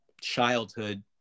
childhood